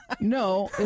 No